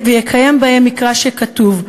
ויקוים בהם מקרא שכתוב,